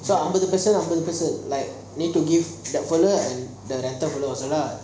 so அம்பது:ambathu percent அம்பது:ambathu percent like need to give full eh